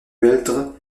gueldre